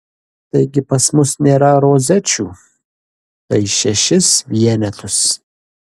taigi pas mus nėra rozečių tai šešis vienetus